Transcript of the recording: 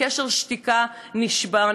וקשר השתיקה נשבר.